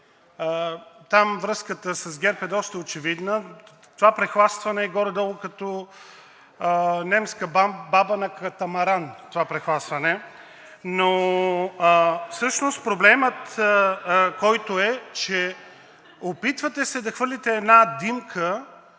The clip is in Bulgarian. Там връзката с ГЕРБ е доста очевидна. Това прехласване е горе-долу като немска баба на катамаран, но всъщност проблемът, който е, че се опитвате да хвърлите една димка,